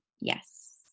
Yes